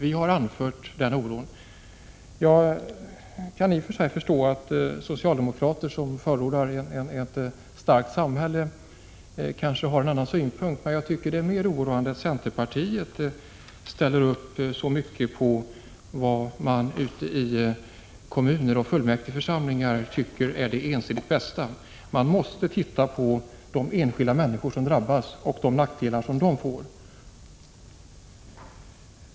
Jag kan i och för sig förstå att socialdemokraterna — som förordar ett starkt samhälle — kanske har en annan synpunkt, men det är mer oroande att centerpartiet ställer upp på vad man ute i kommuner och fullmäktigeförsamlingar ensidigt tycker är bättre. Man måste titta på de nackdelar som drabbar enskilda människor.